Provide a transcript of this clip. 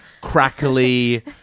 crackly